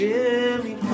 Jimmy